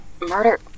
Murder